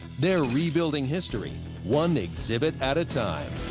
they're rebuilding history, one exhibit at a time.